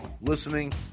listening